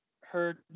heard